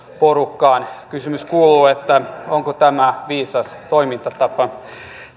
porukkaan kysymys kuuluu onko tämä viisas toimintatapa